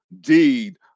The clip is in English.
deed